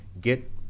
get